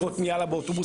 לראות מי עלה באוטובוס.